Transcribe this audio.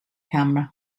camera